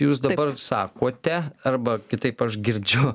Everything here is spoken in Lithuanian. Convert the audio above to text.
jūs dabar sakote arba kitaip aš girdžiu